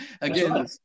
again